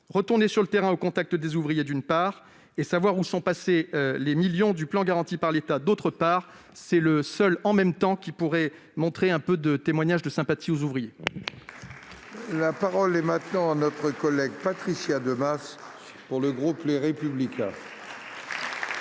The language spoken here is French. retourner sur le terrain au contact des ouvriers, d'une part, et savoir où sont passés les millions du plan garanti par l'État, d'autre part. C'est le seul « en même temps » qui pourrait montrer un témoignage de sympathie envers les ouvriers. La parole est à Mme Patricia Demas, pour le groupe Les Républicains.